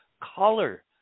color